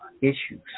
issues